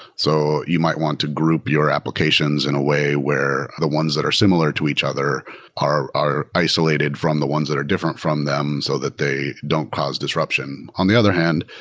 so you might want to group your applications in a way where the ones that are similar to each other are are isolated from the ones that are different from them so that they don't cause disruption. on the other hand,